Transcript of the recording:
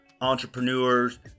entrepreneurs